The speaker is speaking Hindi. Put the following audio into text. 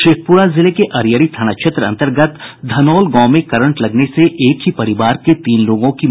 शेखप्रा जिले के अरियरी थाना क्षेत्र अंतर्गत धनौल गांव में करंट लगने से एक ही परिवार के तीन लोगों की मौत हो गयी